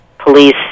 police